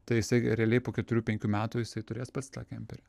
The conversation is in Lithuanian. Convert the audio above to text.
tai jisai realiai po keturių penkių metų jisai turės pats tą kemperį